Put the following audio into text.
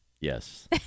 Yes